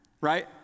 Right